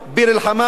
ביר-אל-חמאם,